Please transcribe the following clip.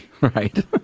Right